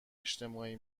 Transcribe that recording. اجتماعی